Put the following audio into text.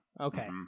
Okay